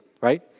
right